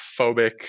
phobic